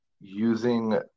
using